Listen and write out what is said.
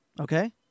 Okay